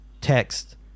text